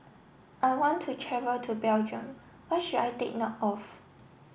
I want to travel to Belgium what should I take note of